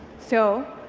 so